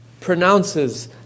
pronounces